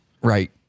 Right